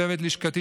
צוות לשכתי,